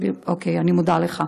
אני מודה לך.